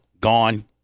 gone